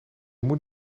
moet